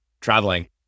traveling